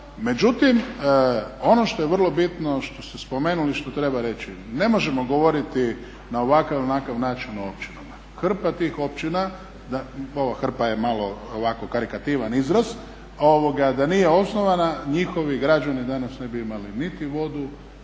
međutim ono što je vrlo bitno što ste spomenuli što treba reći, ne možemo govoriti na ovakav ili onakav način o općinama. Hrpa tih općina, ovo hrpa je malo ovako karikativan izraz, da nije osnovana njihovi građani danas ne bi imali niti vodu,